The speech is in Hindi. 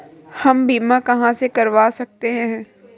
हम बीमा कहां से करवा सकते हैं?